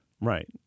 Right